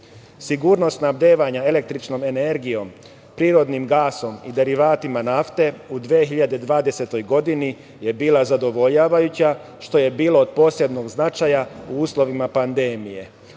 brojki. Sigurnost snabdevanja električnom energijom, prirodnim gasom i derivatima nafte u 2020. godini je bila zadovoljavajuća, što je bilo od posebnog značaja u uslovima pandemije.